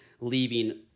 leaving